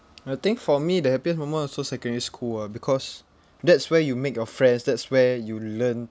I think for me the happiest moment also secondary school ah because that's where you make your friends that's where you learn